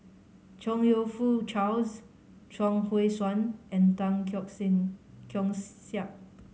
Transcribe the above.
Chong You Fook Charles Chuang Hui Tsuan and Tan Keong Keong Saik